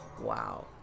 Wow